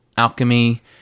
alchemy